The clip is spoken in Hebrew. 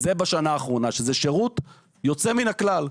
שזה שירות יוצא מן הכלל,